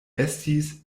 estis